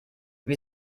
wie